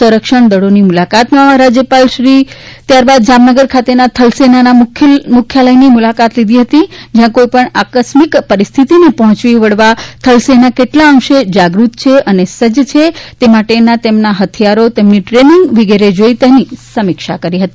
સંરક્ષણ દળોની મુલાકાતમાં રાજ્યપાલશ્રીએ ત્યારબાદ જામનગર ખાતેના થલસેનાના મુખ્યાલયની મુલાકાત લીધી હતી જ્યાં કોઈપણ આકસ્મિક પરિસ્થિતિને પહોંચી વળવા થલસેના કેટલા અંશે જાગૃત છે અને સજ્જ છે તે માટેના તેના હથિથારો તેની ટ્રેનિંગ વગેરેને જોઈ અને તેની સમીક્ષા પણ કરી હતી